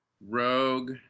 rogue